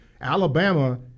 Alabama